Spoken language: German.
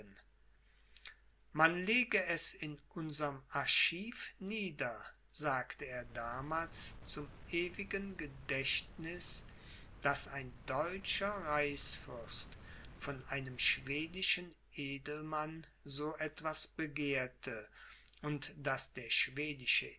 man lege es in unserm archiv nieder sagte er einesmals zum ewigen gedächtniß daß ein deutscher reichsfürst von einem schwedischen edelmann so etwas begehrte und daß der schwedische